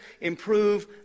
improve